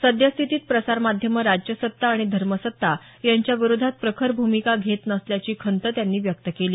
सद्यस्थितीत प्रसार माध्यमं राज्यसत्ता आणि धर्मसत्ता यांच्या विरोधात प्रखर भूमिका घेत नसल्याची खंत त्यांनी व्यक्त केली